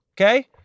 okay